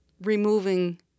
removing